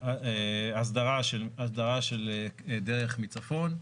הסדרה של דרך מצפון.